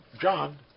John